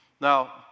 Now